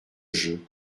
jeux